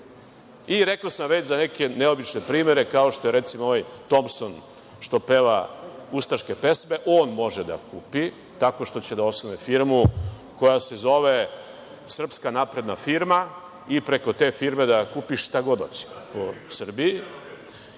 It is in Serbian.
hektara. Rekao sam već za neke neobične primere, kao što je recimo ovaj Tompson što peva ustaške pesme, on može da kupi tako što će da osnuje firmu koja se zove „srpska napredna firma“ i preko te firme da kupi šta god hoće po Srbiji,